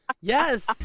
Yes